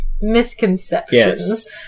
misconceptions